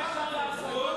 מה אפשר לעשות?